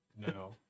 No